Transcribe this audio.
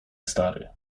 stary